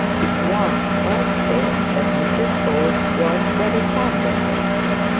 it was quite plain that mrs bold was very fond of bertie.